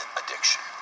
addiction